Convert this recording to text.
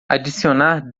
adicionar